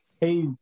hey